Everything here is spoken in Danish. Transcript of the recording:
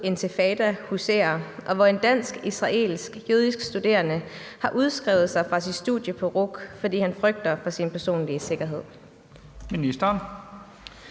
Intifada huserer, og hvor en dansk-israelsk jødisk studerende har udskrevet sig fra sit studie på RUC, fordi han frygter for sin personlige sikkerhed? (Spm. nr.